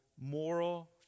moral